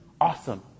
awesome